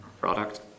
product